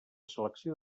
selecció